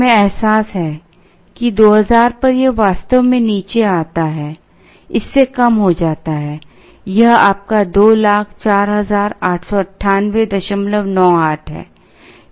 हमें एहसास है कि 2000 पर यह वास्तव में नीचे आता है इससे कम हो जाता है यह आपका 20489898 है